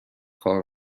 کار